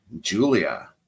Julia